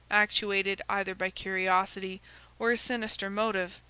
actuated either by curiosity or a sinister motive,